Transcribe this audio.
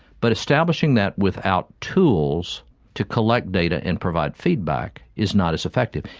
but establishing that without tools to collect data and provide feedback is not as effective.